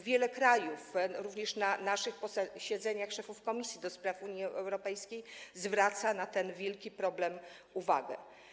Wiele krajów, również na naszych posiedzeniach szefów komisji ds. Unii Europejskiej, zwraca na ten wielki problem uwagę.